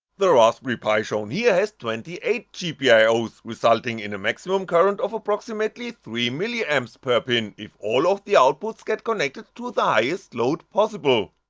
the raspberry pi shown here, has twenty eight gpios, resulting in a maximum current of approximately three ma um so per pin if all of the outputs get connected to the highest load possible.